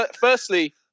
Firstly